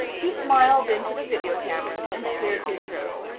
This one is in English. he smiled into the video cameras and cleared his throat.